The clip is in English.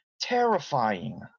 terrifying